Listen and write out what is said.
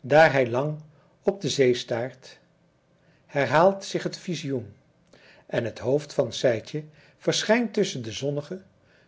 daar hij lang op de zee staart herhaalt zich het visioen en het hoofd van sijtje verschijnt tusschen de zonnige